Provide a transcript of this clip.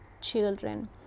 children